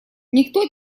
никто